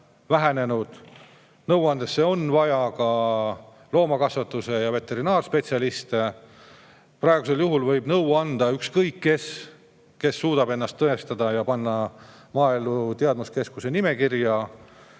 vähenenud. Nõuandjateks on vaja ka loomakasvatuse ja veterinaarspetsialiste. Praegusel juhul võib nõu anda ükskõik kes – kes tahes suudab ennast tõestada ja panna Maaelu Teadmuskeskuse nimekirja.